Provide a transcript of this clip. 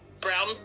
brown